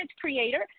creator